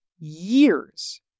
years